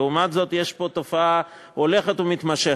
לעומת זאת, יש פה תופעה הולכת ומתמשכת.